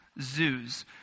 zoos